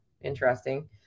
Interesting